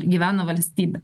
gyvena valstybė